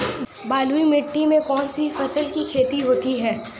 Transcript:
बलुई मिट्टी में कौनसी फसल की खेती होती है?